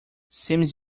seems